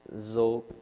ZO